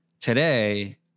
today